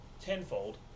tenfold